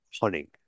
hunting